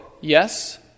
Yes